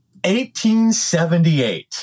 1878